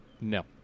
no